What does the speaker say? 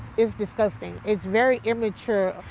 it's disgusting. it's very immature.